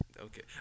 Okay